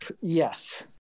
Yes